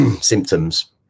symptoms